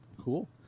Cool